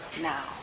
now